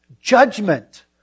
judgment